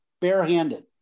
barehanded